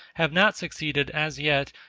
have not succeeded, as yet,